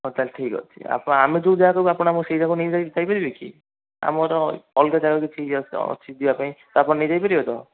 ହଉ ତା'ହେଲେ ଠିକ୍ ଅଛି ଆପଣ ଆମେ ଯେଉଁ ଜାଗା କହିବୁ ଆପଣ ଆମକୁ ସେଇ ଜାଗାକୁ ନେଇ ଯାଇ ଯାଇପାରିବେ କି ଆମର ଅଲଗା ଯାଗାକୁ କିଛି ଅଛି ଯିବା ପାଇଁ ତ ଆପଣ ନେଇ ଯାଇପାରିବେ ତ